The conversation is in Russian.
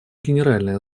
генеральной